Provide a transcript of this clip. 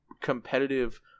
competitive